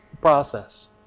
process